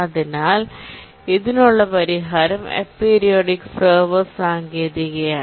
അതിനാൽ ഇതിനുള്ള പരിഹാരം അപീരിയോഡിക് സെർവർ സാങ്കേതികതയാണ്